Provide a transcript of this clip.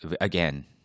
Again